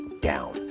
down